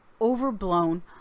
overblown